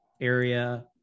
area